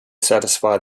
satisfy